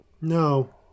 No